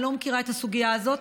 אני לא מכירה את הסוגיה הזאת.